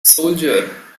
soldier